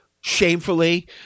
shamefully